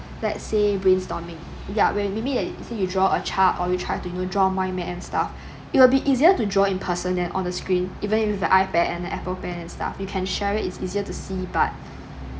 let's say brainstorming ya when you maybe say you draw a chart or you try to draw mindmap and stuff it will be easier to draw in person than on the screen even with the ipad and apple pen and stuff you can share it it's easier to see but